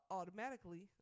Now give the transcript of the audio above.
Automatically